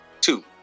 Two